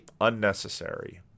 Unnecessary